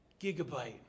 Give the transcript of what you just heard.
gigabyte